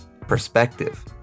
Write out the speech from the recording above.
perspective